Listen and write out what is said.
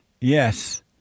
Yes